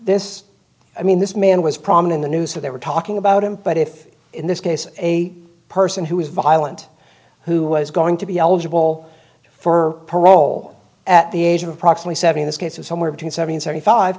this i mean this man was prominent the news that they were talking about him but if in this case a person who was violent who was going to be eligible for parole at the age of approximately seven in this case is somewhere between seventy and seventy five